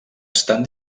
estan